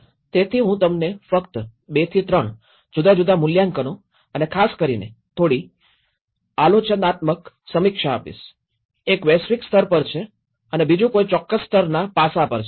તેથી હું તમને ફક્ત ૨ થી ૩ જુદા જુદા મૂલ્યાંકનો અને ખાસ કરીને થોડી આલોચનાત્મક સમીક્ષા આપીશ એક વૈશ્વિક સ્તર પર છે અને બીજું કોઈ ચોક્કસ સ્તરના પાસા પર છે